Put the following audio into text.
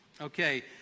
Okay